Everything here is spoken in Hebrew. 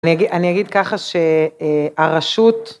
אני אגיד ככה שהרשות